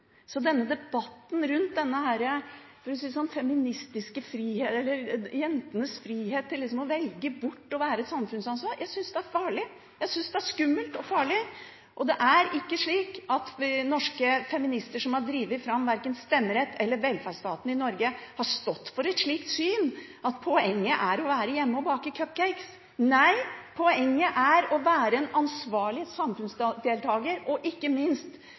Denne debatten rundt jentenes frihet til liksom å velge bort å være samfunnsansvarlig synes jeg er farlig. Jeg synes det er skummelt og farlig. Det er ikke slik at norske feminister som har drevet fram stemmeretten og velferdsstaten i Norge, har stått for et slikt syn at poenget er å være hjemme og bake cupcakes. Nei, poenget er å være en ansvarlig samfunnsdeltaker, og ikke minst